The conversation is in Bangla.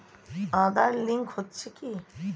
আঁধার লিঙ্ক হচ্ছে কি?